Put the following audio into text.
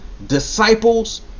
Disciples